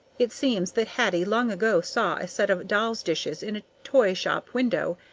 it seems that hattie long ago saw a set of doll's dishes in a toy shop window,